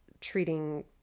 treating